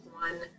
one